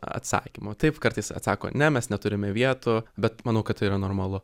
atsakymo taip kartais atsako ne mes neturime vietų bet manau kad tai yra normalu